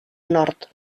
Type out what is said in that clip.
nord